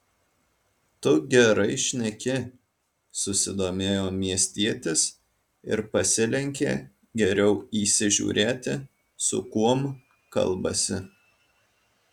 tu gerai šneki susidomėjo miestietis ir pasilenkė geriau įsižiūrėti su kuom kalbasi